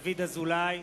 דוד אזולאי,